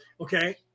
okay